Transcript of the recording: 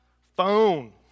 Phone